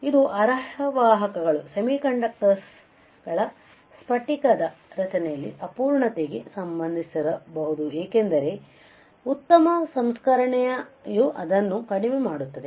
ಇದು ಅರೆವಾಹಕಗಳ ಸ್ಫಟಿಕದ ರಚನೆಯಲ್ಲಿನ ಅಪೂರ್ಣತೆಗೆ ಸಂಬಂಧಿಸಿರಬಹುದು ಏಕೆಂದರೆ ಉತ್ತಮ ಸಂಸ್ಕರಣೆಯು ಅದನ್ನು ಕಡಿಮೆ ಮಾಡುತ್ತದೆ